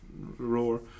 roar